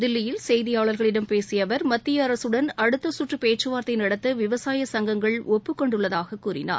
தில்லியில் செய்தியாளர்களிடம் பேசிய அவர் மத்திய அரசுடன் அடுத்த சுற்று பேச்சுவார்த்தை நடத்த விவசாய சங்கங்கள் ஒப்புக் கொண்டுள்ளதாகக் கூறினார்